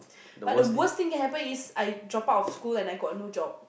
but the worst thing can happen is I drop out of school and I got no job